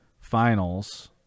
finals